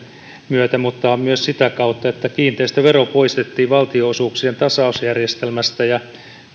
myötä mutta myös sitä kautta että kiinteistövero poistettiin valtio osuuksien tasausjärjestelmästä ja myös